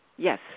Yes